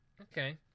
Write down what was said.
Okay